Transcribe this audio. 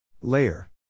Layer